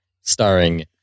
starring